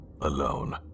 alone